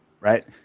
right